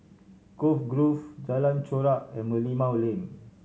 Cove Grove Jalan Chorak and Merlimau Lane